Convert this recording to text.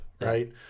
right